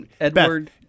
Edward